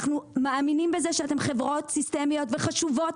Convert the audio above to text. אנחנו מאמינים בזה שאתם חברות סיסטמיות וחשובות